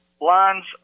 Lines